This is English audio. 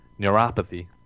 neuropathy